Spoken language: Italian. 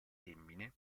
femmine